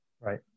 Right